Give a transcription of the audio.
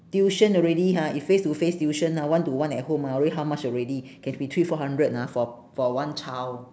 tuition already ha if face to face tuition ah one to one at home ha already how much already can be three four hundred ah for for one child